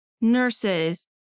nurses